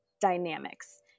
dynamics